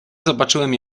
zobaczyłem